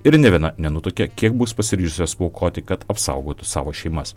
ir nė viena nenutuokė kiek bus pasiryžusios paaukoti kad apsaugotų savo šeimas